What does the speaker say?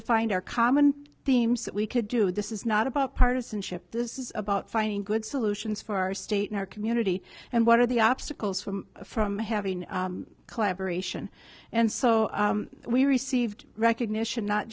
to find our common themes that we could do this is not about partisanship this is about finding good solutions for our state in our community and what are the obstacles for from having collaboration and so we received recognition not